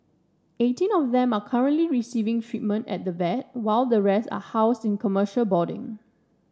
eighteen of them are currently receiving treatment at the vet while the rest are housed in commercial boarding